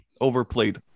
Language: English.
overplayed